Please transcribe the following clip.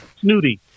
Snooty